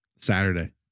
Saturday